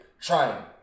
trying